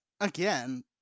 again